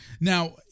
Now